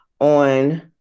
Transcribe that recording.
on